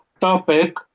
topic